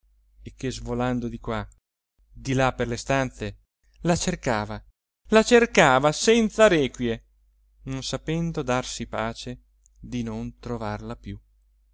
e che svolando di qua di là per le stanze la cercava la cercava senza requie non sapendo darsi pace di non trovarla più